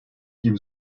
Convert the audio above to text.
gibi